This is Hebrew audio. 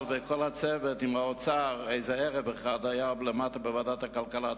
ועם האוצר ועם כל הצוות באחד הערבים בוועדת הכלכלה.